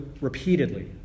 repeatedly